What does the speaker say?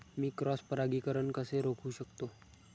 मी cross परागीकरण कसे रोखू शकतो?